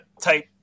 type